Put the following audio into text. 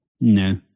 no